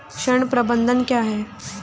ऋण प्रबंधन क्या है?